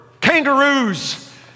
Kangaroos